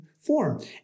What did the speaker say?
Form